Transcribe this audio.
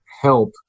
help